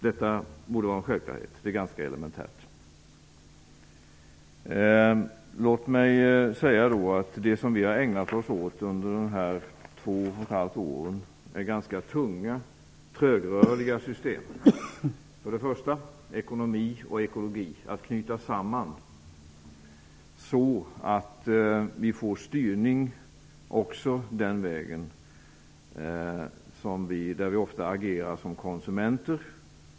Detta borde vara en självklarhet. Det är ganska elementärt. Det som vi har ägnat oss åt under de senaste två och ett halvt åren är ganska tunga, trögrörliga system. För det första handlar det om att knyta samman ekonomi och ekologi så att vi får styrning också den vägen, där vi ofta agerar som konsumenter.